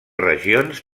regions